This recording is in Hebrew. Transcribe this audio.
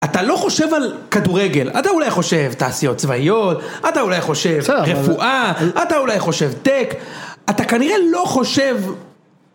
אתה לא חושב על כדורגל, אתה אולי חושב תעשיות צבאיות, אתה אולי חושב רפואה, אתה אולי חושב טק, אתה כנראה לא חושב...